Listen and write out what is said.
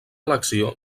elecció